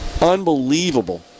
Unbelievable